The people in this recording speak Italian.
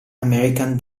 american